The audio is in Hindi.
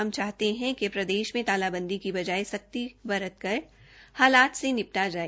हम चाहते हैं कि प्रदेश में तालाबंदी की बजाय सख्ती बरतकर हालात से निपटा जाए